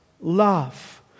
love